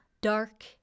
dark